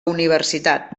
universitat